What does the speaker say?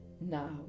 Now